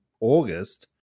August